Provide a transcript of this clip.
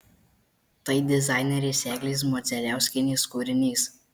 tai dizainerės eglės modzeliauskienės kūrinys